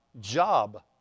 job